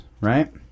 right